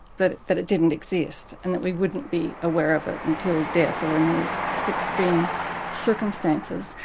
that that it didn't exist, and that we wouldn't be aware of it until death or in these extreme circumstances.